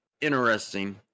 interesting